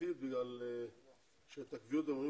תעסוקתית מכיוון שאת הקביעות הם אמורים